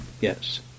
yes